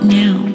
now